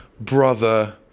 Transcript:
Brother